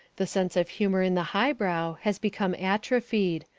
the sense of humour in the highbrow has become atrophied,